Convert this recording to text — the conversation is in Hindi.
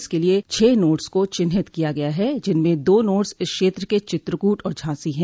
इसके लिये छह नाडस को चिन्हित किया गया है जिनमें दो नोड्स इस क्षेत्र के चित्रकूट और झांसी हैं